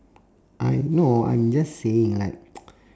I know I'm just saying like